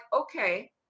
okay